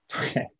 Okay